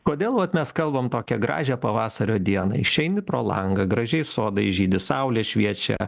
kodėl vat mes kalbam tokią gražią pavasario dieną išeini pro langą gražiai sodai žydi saulė šviečia